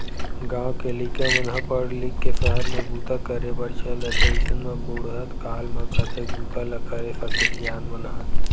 गाँव के लइका मन ह पड़ लिख के सहर म बूता करे बर चल देथे अइसन म बुड़हत काल म कतेक बूता ल करे सकही सियान मन ह